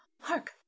Hark